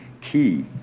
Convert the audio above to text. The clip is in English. key